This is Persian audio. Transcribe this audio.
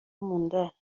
مونده